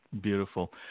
Beautiful